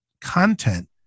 content